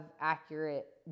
accurate